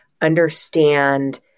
understand